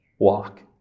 Walk